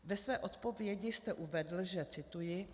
Ve své odpovědi jste uvedl, že cituji: